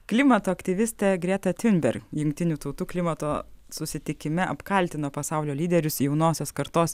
klimato aktyvistė greta tiunber jungtinių tautų klimato susitikime apkaltino pasaulio lyderius jaunosios kartos